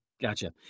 Gotcha